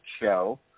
show